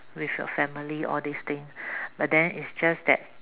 with your family all these thing but then is just that